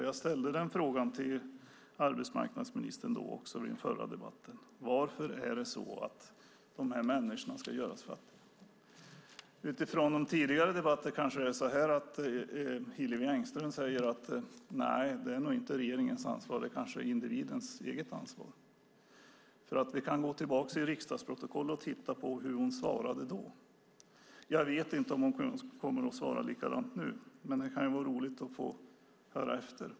Jag ställde den frågan till arbetsmarknadsministern i den förra debatten, alltså varför dessa människor ska göras fattiga. Utifrån tidigare debatter kanske Hillevi Engström säger att det nog inte är regeringens ansvar utan kanske individens eget ansvar. Vi kan gå tillbaka till riksdagsprotokollet och se hur hon svarade då. Jag vet inte om hon kommer att svara likadant nu, men det kan vara roligt att höra.